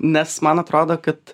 nes man atrodo kad